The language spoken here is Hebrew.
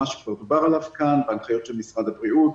שדובר עליו כאן בהנחיות של משרד הבריאות,